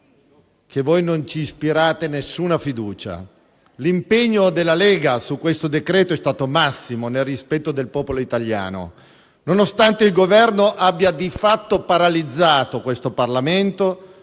che non ci ispirate alcuna fiducia. L'impegno della Lega sul provvedimento in esame è stato massimo, nel rispetto del popolo italiano, nonostante il Governo abbia di fatto paralizzato questo Parlamento,